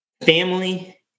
family